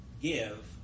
give